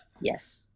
yes